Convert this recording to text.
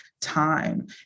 time